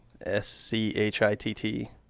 S-C-H-I-T-T